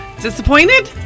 Disappointed